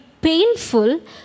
painful